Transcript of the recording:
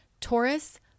Taurus